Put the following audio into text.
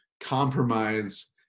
compromise